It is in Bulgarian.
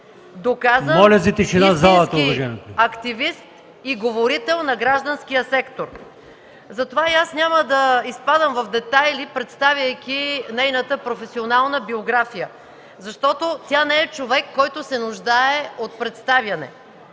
...доказан истински активист и говорител на гражданския сектор. Затова няма да изпадам в детайли, представяйки нейната професионална биография, защото тя не е човек, който се нуждае от представяне.